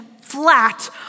flat